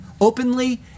openly